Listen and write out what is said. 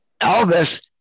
Elvis